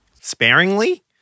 sparingly